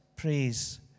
praise